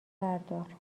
بردار